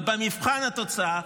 אבל במבחן התוצאה,